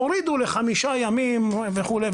הורידו לחמישה ימים וכולי,